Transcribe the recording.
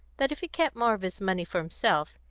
that if he kept more of his money for himself,